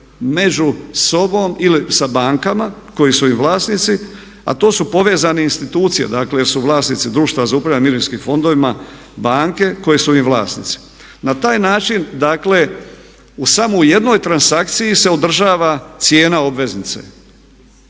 među sobom ili sa bankama kojih su im vlasnici. A to su povezane institucije dakle jer su vlasnici društva za upravljanje mirovinskim fondovima banke koje su im vlasnici. Na taj način dakle samo u jednoj transakciji se održava cijena obveznice.